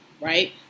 right